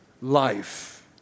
Life